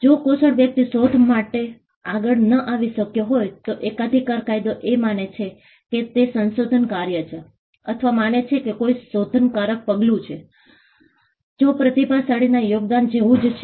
જો કુશળ વ્યક્તિ શોધ સાથે આગળ ન આવી શક્યો હોય તો એકાધિકાર કાયદો એ માને છે કે તે સંશોધન કાર્ય છેઅથવા માને છે કે કોઈ સંશોધનકારક પગલું છે જે પ્રતિભાશાળીના યોગદાન જેવું જ છે